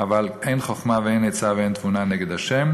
אין חוכמה ואין עצה ואין תבונה נגד ה',